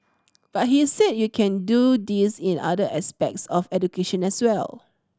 but he said you can do this in other aspects of education as well